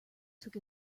took